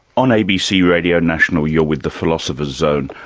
on abc radio national you're with the philosopher's zone,